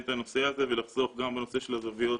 את הנושא הזה ולחסוך גם בנושא של הזוויות